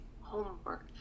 homework